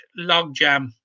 logjam